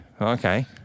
Okay